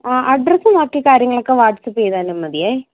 ആ അഡ്രസ്സും ബാക്കി കാര്യങ്ങക്കളുമൊക്കെ വാട്ട്സ്ആപ്പ് ചെയ്താലും മതി